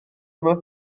yma